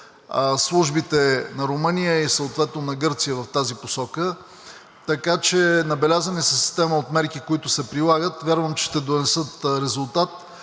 службите на Румъния и съответно на Гърция в тази посока, така че са набелязани система от мерки, които се прилагат – вярвам, че ще донесат резултат.